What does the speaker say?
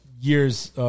years